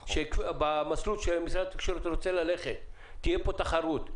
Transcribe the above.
שבמסלול שמשרד התקשורת רוצה ללכת תהיה כאן תחרות,